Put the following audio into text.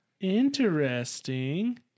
Interesting